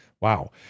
wow